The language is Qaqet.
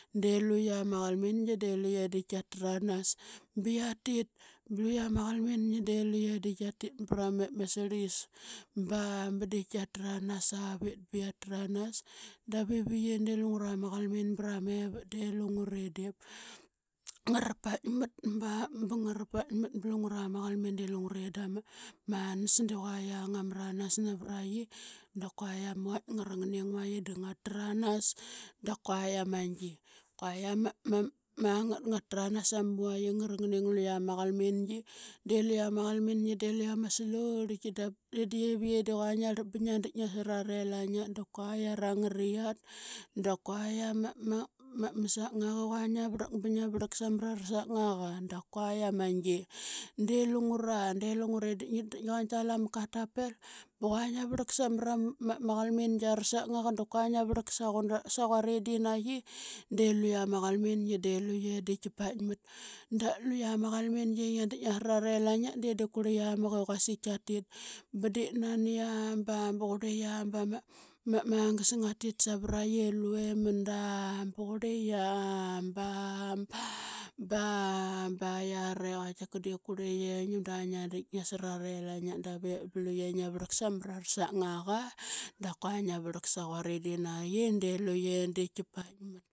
De luqia ma qalmingi de luqe kia tranas ba qia tit ba luqia ma qalmingi de luqe de kia tit mra ra ma srliqias ba ba de kia tranas avit ba qia tranas. Davi ye de lungura ma qalmin bra mevat de lungure diip ngara paikmat ba ba ngara paikmat ba lungura ma qalmin de lungure da ma manas de qua yiang ngamranas navra qi dap kua ama vaitk ngara nging ma da ngatrans da kua i ama gi. Kua ma ngat ngatranas ama vaitk i ngaranging luqia ma qalmingi. De luqia ma qalmingi de luqe ama slorlki dap i divi ye qua ngiarlap ba ngiadik nasara relaingiat da kuai ara ngariqat da kua ama sakngaqa i qua ngia vrlak ba ngia vrlak samra ra sakngaqa da kua yiama gi de lungura. De lungure di qua ngi talama katapel ba qua ngia vrlak samra ma qalmingi ra sakngaqa da kua ngia vrlak sa qua nara sa quaridi na qi de luqia ma qalmingi ma qalmingi de luqe diip paikmat. Da luqia ma qalmingi i ngia dik nasara relaingiat de di kurliqiamak i quasik kia tit ba diip nani aa ba, ba qurli qia ba ba ma magas ngatit sa vra qi i lue manda ba qurli qia ba ba ba ba yiara i qaitika de kurliqe manda ngia dik nasara relangiat. Davip ba luqe ngia vrlak samara na sak ngaqa da ngia vrlak sa quaridi naqi de luqe de kia paikmat.